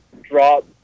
drop